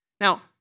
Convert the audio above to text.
Now